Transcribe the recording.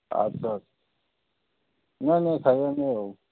ଆଚ୍ଛା ଆଚ୍ଛା ନାଇଁ ନାଇଁ ଖାଇବା